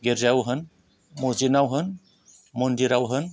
गिरजायाव होन मजिदनाव होन मन्दिराव होन